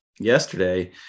Yesterday